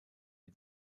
wir